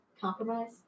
Compromise